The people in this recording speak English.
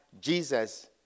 Jesus